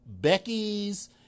Beckys